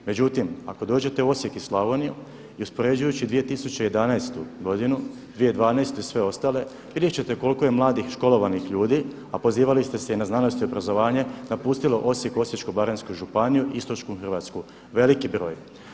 Međutim, ako dođete u Osijek i Slavoniju i uspoređujući 2011. godinu, 2012. i sve ostale, vidjet ćete koliko je mladih školovanih ljudi, a pozivali ste se i na znanost i obrazovanje, napustilo Osijek, Osječko-baranjsku županiju, istočnu Hrvatsku, veliki broj.